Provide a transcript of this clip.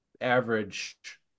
average